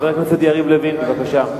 חבר הכנסת יריב לוין, בבקשה.